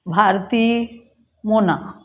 Bharti Mona